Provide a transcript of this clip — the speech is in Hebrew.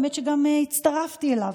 האמת שגם הצטרפתי אליו.